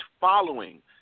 following